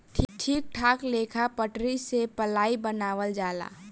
ठीक ठाक लेखा पटरी से पलाइ बनावल जाला